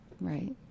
right